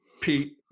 Pete